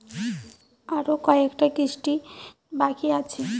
আরো কয়টা কিস্তি বাকি আছে?